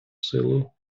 силу